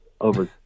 over